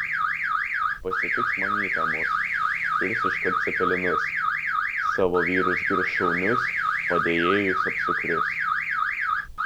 pasitiks mamytė mus virs iškart cepelinus savo vyrus girs šaunius padėjėjus apsukrius